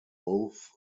oath